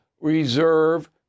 reserve